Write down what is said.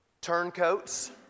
turncoats